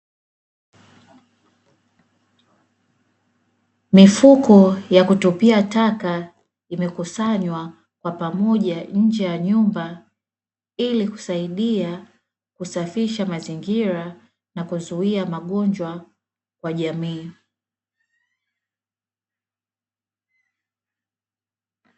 Mifuko ya kutupia taka imekusanywa kwa pamoja nje ya nyumba, ili kisaidia kusafisha mazingira na kuzuia magonjwa kwa jamii.